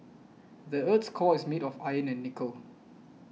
the earth's core is made of iron and nickel